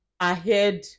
ahead